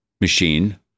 machine